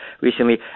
recently